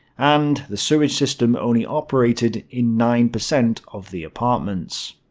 and the sewage system only operated in nine percent of the apartments.